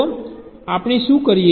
તો આપણે શું કરીએ